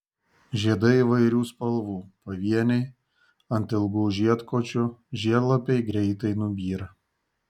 žiedai įvairių spalvų pavieniai ant ilgų žiedkočių žiedlapiai greitai nubyra